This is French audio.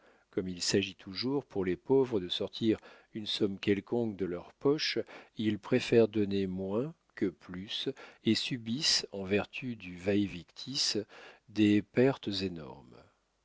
comme il s'agit toujours pour les pauvres de sortir une somme quelconque de leurs poches ils préfèrent donner moins que plus et subissent en vertu du væ victis des pertes énormes